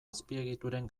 azpiegituren